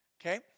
Okay